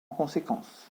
conséquence